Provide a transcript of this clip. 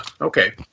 okay